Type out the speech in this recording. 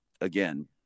again